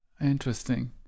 Interesting